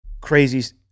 crazy